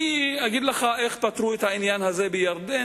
אני אגיד לך איך פתרו את העניין הזה בירדן,